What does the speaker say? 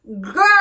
Girl